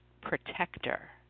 protector